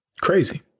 Crazy